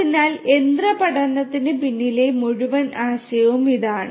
അതിനാൽ യന്ത്ര പഠനത്തിന് പിന്നിലെ മുഴുവൻ ആശയവും ഇതാണ്